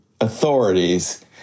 authorities